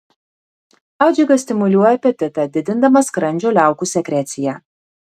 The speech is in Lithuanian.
adžika stimuliuoja apetitą didindama skrandžio liaukų sekreciją